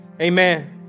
amen